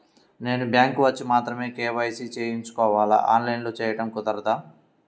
నేను బ్యాంక్ వచ్చి మాత్రమే కే.వై.సి చేయించుకోవాలా? ఆన్లైన్లో చేయటం కుదరదా?